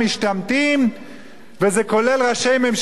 וזה כולל ראשי ממשלה וראשי אופוזיציה,